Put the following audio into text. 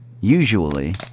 Usually